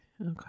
Okay